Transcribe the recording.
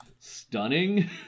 stunning